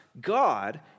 God